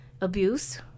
Abuse